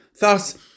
thus